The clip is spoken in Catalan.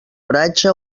oratge